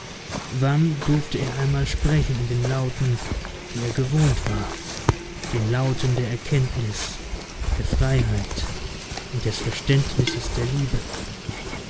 stolzes wann durfte er einmal sprechen in den lauten die er gewohnt war den lauten der erkenntnis der freiheit und des verständnisses der liebe